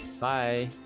Bye